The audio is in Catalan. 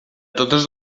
totes